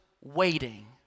waiting